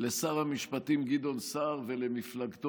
לשר המשפטים גדעון סער ולמפלגתו,